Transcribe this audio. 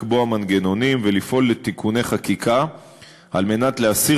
לקבוע מנגנונים ולפעול לתיקוני חקיקה על מנת להסיר